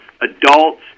adults